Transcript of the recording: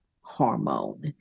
hormone